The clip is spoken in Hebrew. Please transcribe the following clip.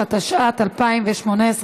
התשע"ט 2018,